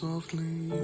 Softly